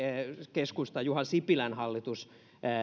keskustan juha sipilän hallitus